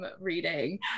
reading